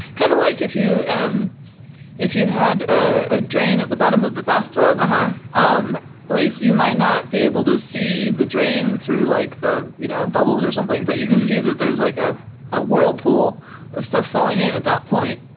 kind of like if you and if you had a drain at the bottom of the bathtub, and um like you might not be able to see the drain through like the you know bubbles or something, but you can see that there's like ah a whirlpool of stuff falling in at that point.